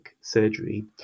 surgery